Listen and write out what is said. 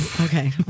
Okay